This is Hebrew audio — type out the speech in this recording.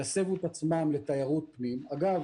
יסבו את עצמם לתיירות פנים אגב,